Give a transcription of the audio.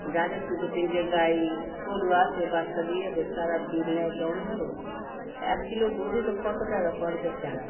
যাদের দুটো তিনটে গাই গোরু আছে বাচ্চা দিয়েছে তারা দুধ নেয় কেমনভাবে এক কিলো দুধই তো কত টাকা পঞ্চাশ টাকা